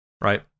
right